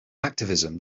activism